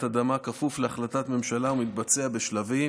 אדמה כפוף להחלטת ממשלה ומתבצע בשלבים